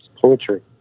poetry